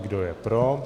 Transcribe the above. Kdo je pro?